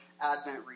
Advent